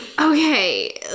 Okay